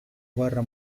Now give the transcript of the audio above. guerra